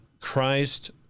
Christ